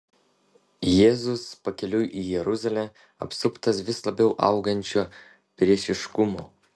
jėzus pakeliui į jeruzalę apsuptas vis labiau augančio priešiškumo